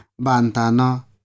bantano